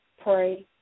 pray